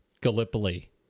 Gallipoli